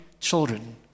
children